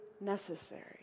necessary